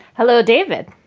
hello. david.